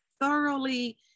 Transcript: thoroughly